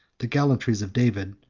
the gallantries of david,